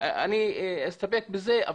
אני אסתפק בזה,